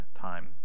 time